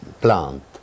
plant